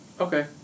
Okay